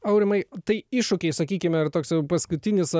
aurimai tai iššūkiai sakykime ir toks jau paskutinis